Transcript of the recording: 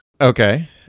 Okay